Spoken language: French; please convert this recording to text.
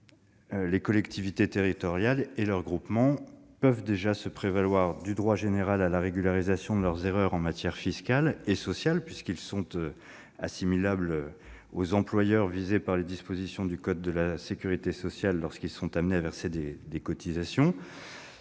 les collectivités territoriales et leurs groupements peuvent déjà se prévaloir du droit général à la régularisation de leurs erreurs en matière fiscale et sociale, puisqu'ils sont assimilables aux employeurs visés par les dispositions du code de la sécurité sociale lorsqu'ils sont amenés à verser des cotisations